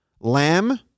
lamb